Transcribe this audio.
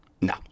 No